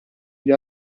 gli